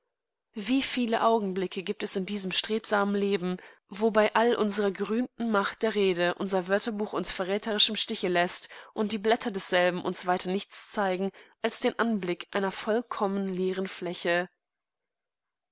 wie viele augenblicke gibt es in diesem strebsamen leben wo bei all unserer gerühmten macht der rede unser wörterbuch uns verräterisch im stiche läßt und die blätter desselben uns weiter nichts zeigen als den anblick einer vollkommen leeren fläche